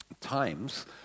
times